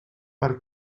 per